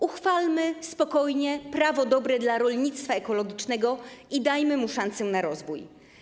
Uchwalmy spokojnie prawo dobre dla rolnictwa ekologicznego i dajmy mu szansę na rozwój.